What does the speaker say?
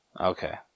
Okay